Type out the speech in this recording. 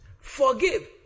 Forgive